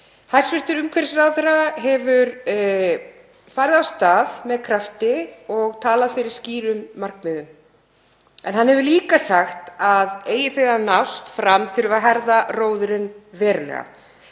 Hæstv. umhverfisráðherra hefur farið af stað með krafti og talað fyrir skýrum markmiðum en hann hefur líka sagt að eigi þau að nást fram þurfi að herða róðurinn verulega.